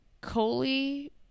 Coley